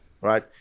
right